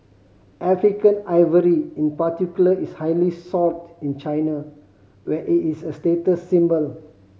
African ivory in particular is highly sought in China where it is a status symbol